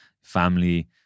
family